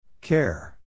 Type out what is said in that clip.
Care